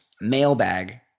mailbag